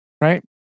Right